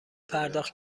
پرداخت